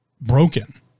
broken